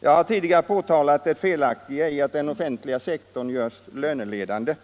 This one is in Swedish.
Jag har tidigare påtalat det felaktiga i att den offentliga sektorn görs löneledande.